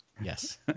yes